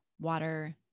water